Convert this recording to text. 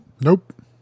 Nope